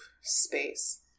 space